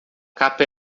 capa